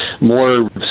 more